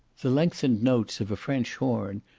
the lengthened notes of a french horn,